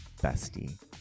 bestie